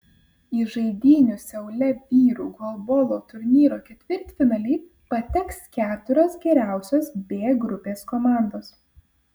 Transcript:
į žaidynių seule vyrų golbolo turnyro ketvirtfinalį pateks keturios geriausios b grupės komandos